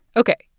ok.